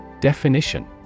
Definition